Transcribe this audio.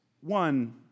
One